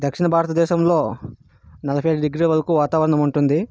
దక్షిణ భారతదేశంలో నలభై ఐదు డిగ్రీల వరకు వాతావరణం ఉంటుంది